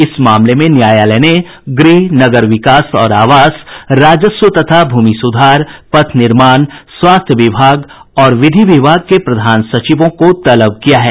इस मामले में न्यायालय ने गृह नगर विकास और आवास राजस्व तथा भूमि सुधार पथ निर्माण स्वास्थ्य विभाग और विधि विभाग के प्रधान सचिवों को तलब किया है